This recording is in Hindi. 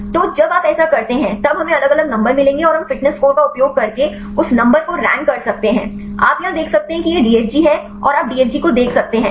तो जब आप ऐसा करते हैं तब हमें अलग अलग नंबर मिलेंगे और हम फिटनेस स्कोर का उपयोग करके उस नंबर को रैंक कर सकते हैं आप यहां देख सकते हैं कि यह DFG है और आप DFG को देख सकते हैं